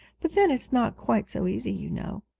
but then it's not quite so easy, you know